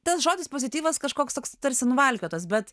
tas žodis pozityvas kažkoks toks tarsi nuvalkiotas bet